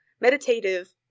meditative